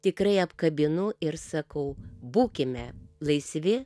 tikrai apkabinu ir sakau būkime laisvi